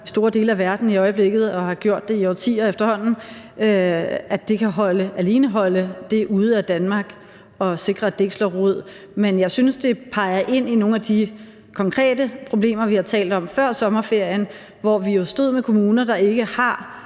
i store dele af verden i øjeblikket og har gjort det i årtier efterhånden, ude af Danmark og sikre, at den ikke slår rod. Men jeg synes, det peger ind i nogle af de konkrete problemer, vi har talt om før sommerferien, hvor vi stod med kommuner, der ikke har